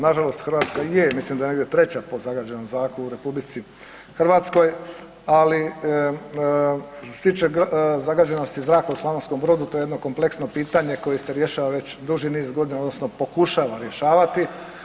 Na žalost Hrvatska je, mislim da je negdje treća po zagađenom zraku u RH ali što se tiče zagađenosti zraka u Slavonskom Brodu to je jedno kompleksno pitanje koje se rješava već duži niz godina, odnosno pokušava rješavati.